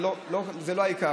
זה לא העיקר,